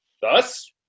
Thus